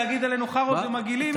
להגיד עלינו חארות ומגעילים,